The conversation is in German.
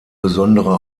besondere